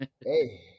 Hey